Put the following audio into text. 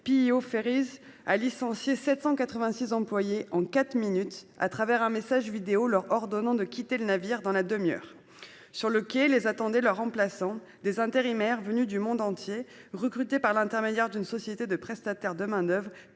P&O Ferries a licencié 786 employés en quatre minutes en leur ordonnant dans un message vidéo de quitter le navire dans la demi-heure. Sur le quai attendaient leurs remplaçants, des intérimaires venus du monde entier, recrutés par l'intermédiaire d'une société prestataire de main-d'oeuvre,